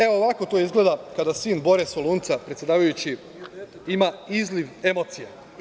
E, ovako to izgleda kada sin Bore Solunca, predsedavajući, ima izliv emocija.